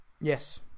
Yes